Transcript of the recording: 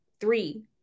Three